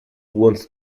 wants